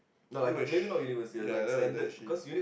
eh wait shit ya that was that was shit